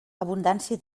abundància